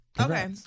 Okay